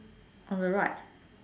on the right